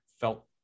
felt